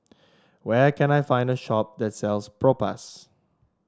where can I find a shop that sells Propass